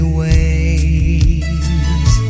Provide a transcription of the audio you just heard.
ways